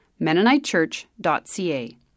mennonitechurch.ca